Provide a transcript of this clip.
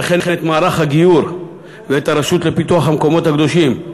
וכן את מערך הגיור ואת הרשות לפיתוח המקומות הקדושים,